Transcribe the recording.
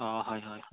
অ হয় হয়